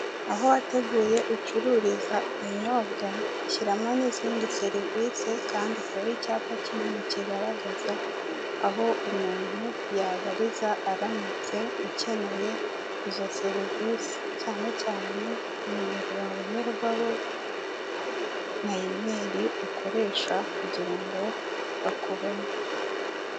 Aho wateguye ucururiza ibinyobwa shyiramo n'izindi serivise kandi ukore icyapa kinini kigaragaza aho umuntu yabariza aramutse akeneye izo serivisi cyane cyane nimero wabonerwaho na email ukoresha kugira ngo bakubone.